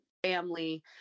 family